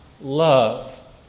love